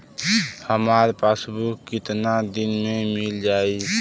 हमार पासबुक कितना दिन में मील जाई?